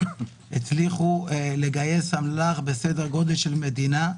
הצליחו לגייס אמל"ח בסדר גודל של מדינה.